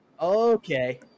Okay